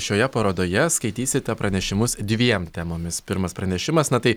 šioje parodoje skaitysite pranešimus dviem temomis pirmas pranešimas na tai